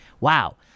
Wow